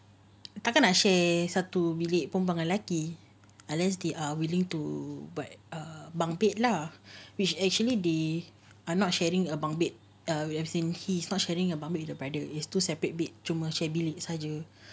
tak kan nak share satu bilik perempuan lelaki unless they are willing to build err bunk bed lah which actually they are not sharing a bunk bed err we have seen he's not sharing a bunk bed with the brother is two separate bed cuma share bilik saja